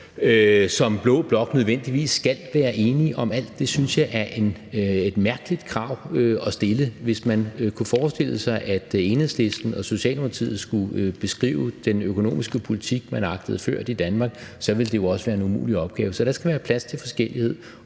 som blå blok nødvendigvis skal være enige om alt. Det synes jeg er et mærkeligt krav at stille. Hvis man kunne forestille sig, at Enhedslisten og Socialdemokratiet skulle beskrive den økonomiske politik, man agtede ført i Danmark, så ville det jo også være en umulig opgave. Så der skal være plads til forskellighed